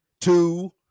two